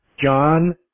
John